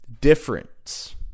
difference